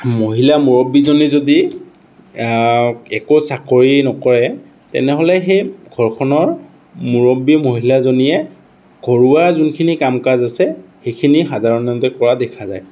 মহিলা মুৰব্বীজনী যদি একো চাকৰি নকৰে তেনেহ'লে সেই ঘৰখনৰ মুৰব্বী মহিলাজনীয়ে ঘৰুৱা যোনখিনি কাম কাজ আছে সেইখিনি সাধাৰণতে কৰা দেখা যায়